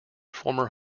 former